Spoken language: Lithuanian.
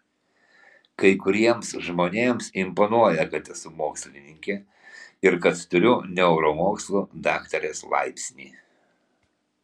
kai kuriems žmonėms imponuoja kad esu mokslininkė ir kad turiu neuromokslų daktarės laipsnį